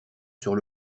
sur